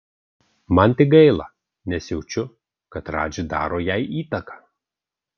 man tik gaila nes jaučiu kad radži daro jai įtaką